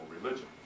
religion